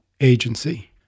agency